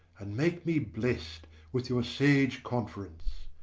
and make me blest with your sage conference.